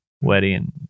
wedding